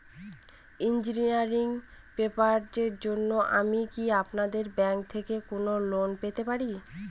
Engineering পড়ার জন্য আমি কি আপনাদের ব্যাঙ্ক থেকে কোন লোন পেতে পারি?